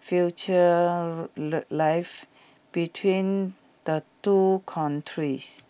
future life between the two countries